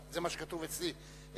זה מה שכתוב אצלי,